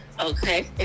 Okay